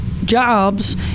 Jobs